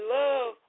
love